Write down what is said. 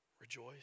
rejoice